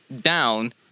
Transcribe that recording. down